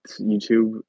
YouTube